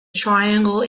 triangle